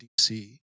DC